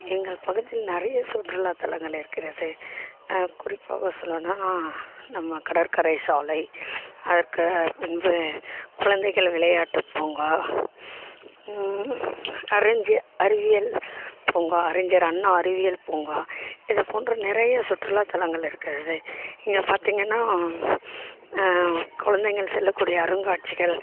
எங்கள் பகுதியில் நிறைய சுற்றுலா தளங்கள் இருக்கிறது குறிப்பாக சொல்லணுனா நம்ம கடற்கரை சாலை அதற்கு பின்பு குழந்தைகள் விளையாட்டு பூங்கா அறிஞ்ச அறிவியல் பூங்கா அறிஞர் அண்ணா அறிவியல் பூங்கா இது போன்ற நிறைய சுற்றுலாத்தலங்கள் இருக்கிறது இங்கே பார்த்திங்கனா குழந்தைகள் செல்லக்கூடிய அருங்காட்சிகள்